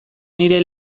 nire